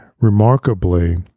Remarkably